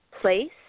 place